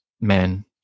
men